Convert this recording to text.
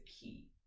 key